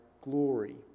glory